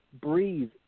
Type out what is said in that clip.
breathe